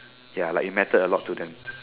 ya like it mattered a lot to them